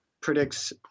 predicts